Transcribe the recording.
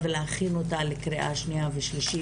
ולהכין אותה לקריאה שנייה ושלישית,